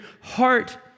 heart